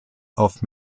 auf